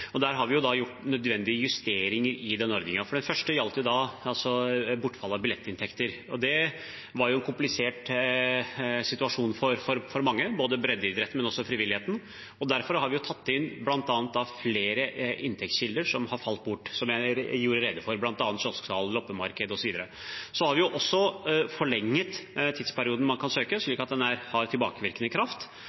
gjort nødvendige justeringer i den ordningen. Den første gjaldt bortfall av billettinntekter, og det var en komplisert situasjon for mange – både for breddeidretten og for frivilligheten. Derfor har vi tatt inn flere inntektskilder som har falt bort, som jeg gjorde rede for, bl.a. kiosksalg, loppemarked osv. Vi har også forlenget tidsperioden man kan søke, slik at den har tilbakevirkende kraft.